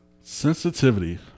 Sensitivity